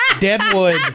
Deadwood